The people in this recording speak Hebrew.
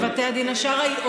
בבתי הדין השרעיים.